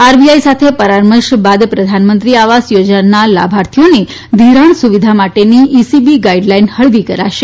RBI સાથે પરામર્શ બાદ પ્રધાનમંત્રી આવાસ યોજનાના લાભાર્થીઓને પિરાક્ષ સુવિધા માટેની ઇસીબી ગાઇડલાઇન હળવી કરાશે